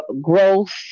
growth